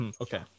Okay